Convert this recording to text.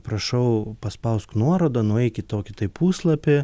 prašau paspausk nuorodą nueik į tokį tai puslapį